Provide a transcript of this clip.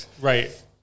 right